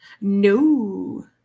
No